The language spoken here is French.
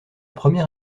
premier